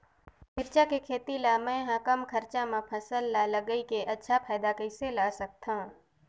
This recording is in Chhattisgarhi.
मिरचा के खेती ला मै ह कम खरचा मा फसल ला लगई के अच्छा फायदा कइसे ला सकथव?